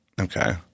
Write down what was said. okay